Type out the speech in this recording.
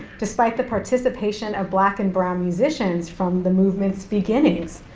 despite the participation of black and brown musicians from the movement's beginnings.